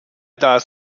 das